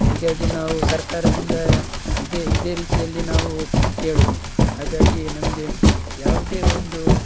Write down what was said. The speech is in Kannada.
ಹೀಗಾಗಿ ನಾವು ಸರ್ಕಾರದಿಂದ ಇದೇ ಇದೇ ರೀತಿಯಲ್ಲಿ ನಾವು ಕೇಳೋದು ಹಾಗಾಗಿ ನಮಗೆ ಯಾವುದೇ ಒಂದು